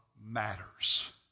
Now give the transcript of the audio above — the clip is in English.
matters